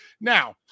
Now